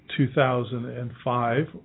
2005